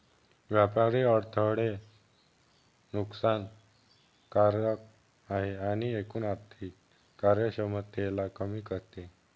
व्यापारी अडथळे नुकसान कारक आहे आणि एकूण आर्थिक कार्यक्षमतेला कमी करते